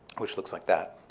which looks like that.